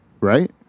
Right